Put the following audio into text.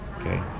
okay